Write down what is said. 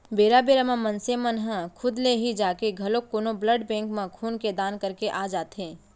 बेरा बेरा म मनसे मन ह खुद ले ही जाके घलोक कोनो ब्लड बेंक म खून के दान करके आ जाथे